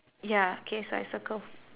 ya K so I circle